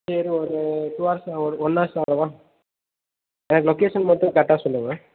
சரி ஒரு two hours ஒரு ஒன் ஹார்ஸ் ஆகுமா எனக்கு லொக்கேஷன் மட்டும் கரெக்டாக சொல்லுங்கள்